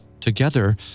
Together